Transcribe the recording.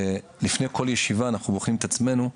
לפני כל ישיבה אנחנו בוחנים את עצמנו.